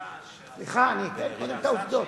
הסיעה של השר שהניח את זה,